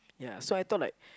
yeah so I thought like